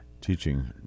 teaching